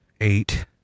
eight